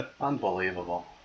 Unbelievable